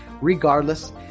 regardless